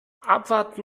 abwarten